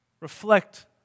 reflect